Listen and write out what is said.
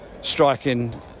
striking